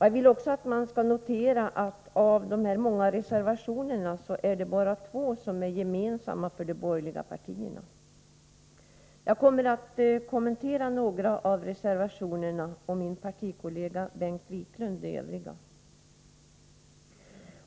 Jag vill också att man skall notera att av de många reservationerna är det bara två som är gemensamma för de borgerliga partierna. Jag skall kommentera några av reservationerna och min partikollega Bengt Wiklund de övriga.